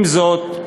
עם זאת,